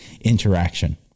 interaction